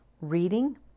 reading